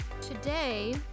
Today